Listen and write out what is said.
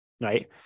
right